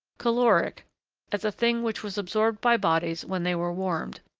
caloric as a thing which was absorbed by bodies when they were wanned,